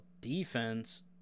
defense